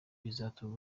bizatuma